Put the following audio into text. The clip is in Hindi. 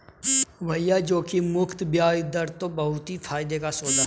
भैया जोखिम मुक्त बयाज दर तो बहुत ही फायदे का सौदा है